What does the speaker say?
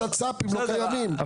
כל השצ"פים לא קיימים,